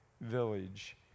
village